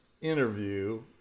interview